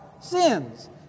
sins